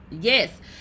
Yes